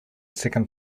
second